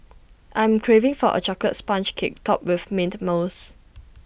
I'm craving for A Chocolate Sponge Cake Topped with Mint Mousse